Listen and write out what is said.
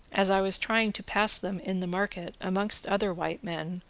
as i was trying to pass them in the market, amongst other white men,